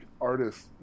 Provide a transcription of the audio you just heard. artists